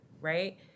right